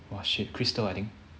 !wah! shit crystal I think